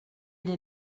des